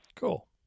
Cool